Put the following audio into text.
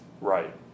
Right